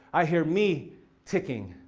i hear me ticking.